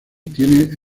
tiene